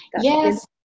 Yes